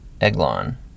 Eglon